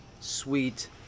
sweet